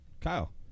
Kyle